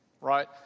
right